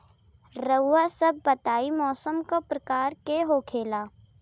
रउआ सभ बताई मौसम क प्रकार के होखेला?